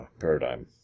paradigm